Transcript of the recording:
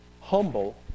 humble